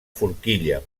forquilla